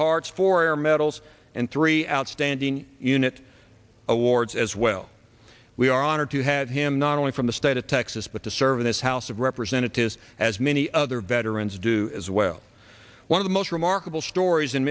hearts for your medals and three outstanding unit awards as well we are honored to have him not only from the state of texas but to serve in this house of representatives as many other veterans do as well one of the most remarkable stories